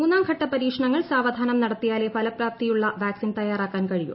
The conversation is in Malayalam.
മൂന്നാംഘട്ട പരീക്ഷണങ്ങൾ സാവധാനം നടത്തിയാലേ ഫലപ്രാപ്തിയുള്ള വാക്സിൻ തയ്യാറാക്കാൻ കഴിയൂ